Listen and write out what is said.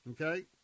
Okay